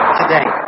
today